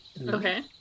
Okay